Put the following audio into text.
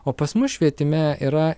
o pas mus švietime yra